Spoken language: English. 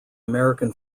american